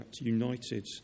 united